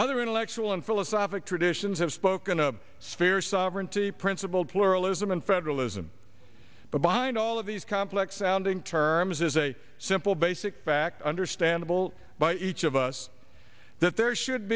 other intellectual and philosophic traditions have spoken to spare sovereignty principle pluralism and federalism but behind all of these complex sounding terms is a simple basic fact understandable by each of us that there should